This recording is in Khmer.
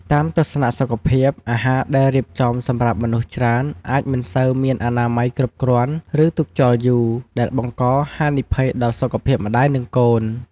តាមទស្សនៈសុខភាព អាហារដែលរៀបចំសម្រាប់មនុស្សច្រើនអាចមិនសូវមានអនាម័យគ្រប់គ្រាន់ ឬទុកចោលយូរ ដែលបង្កហានិភ័យដល់សុខភាពម្តាយ និងកូន។